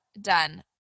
done